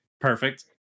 perfect